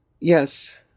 Yes